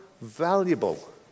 valuable